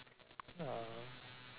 ya